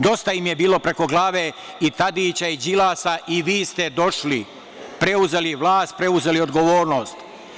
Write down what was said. Dosta im je bilo, preko glave, i Tadića i Đilasa i vi ste došli, preuzeli vlast, preuzeli odgovornost.